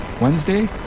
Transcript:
Wednesday